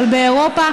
אבל באירופה,